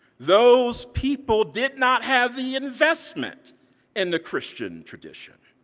those people did not have the investment in the christian tradition.